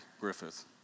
Griffith